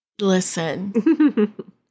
Listen